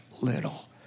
little